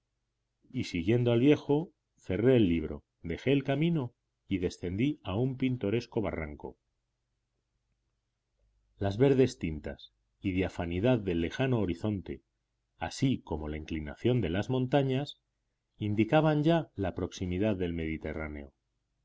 y siguiendo al viejo cerré el libro dejé el camino y descendí a un pintoresco barranco las verdes tintas y diafanidad del lejano horizonte así como la inclinación de las montañas indicaban ya la proximidad del mediterráneo